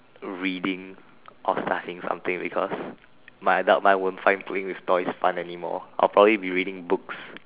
reading or studying something because my adult won't find playing with toys fun anymore I'll probably be reading books